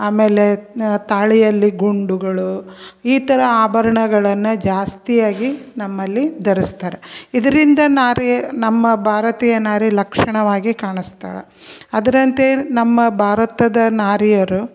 ಆಮೇಲೆ ತಾಳಿಯಲ್ಲಿ ಗುಂಡುಗಳು ಈ ಥರ ಆಭರಣಗಳನ್ನ ಜಾಸ್ತಿಯಾಗಿ ನಮ್ಮಲ್ಲಿ ಧರಿಸ್ತಾರೆ ಇದರಿಂದ ನಾರಿ ನಮ್ಮ ಭಾರತೀಯ ನಾರಿ ಲಕ್ಷಣವಾಗಿ ಕಾಣಿಸ್ತಾಳ ಅದರಂತೆ ನಮ್ಮ ಭಾರತದ ನಾರಿಯರು